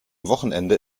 wochenende